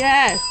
Yes